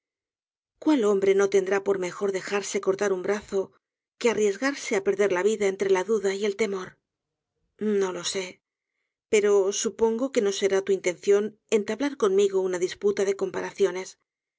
cuál hombre no tendrá por mejor dejarse cortar un brazo que arriesgarse á perder la vida entre la duda y el temor no lo sé pero supongo que o será tu intención entablar conmigo una disputa de comparaciones